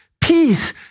Peace